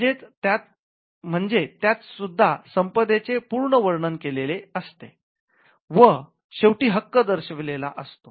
म्हणजे त्यात सुद्धा संपदेचे पूर्ण वर्णन केले असते व शेवटी हक्क दर्शवलेला असतो